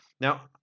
Now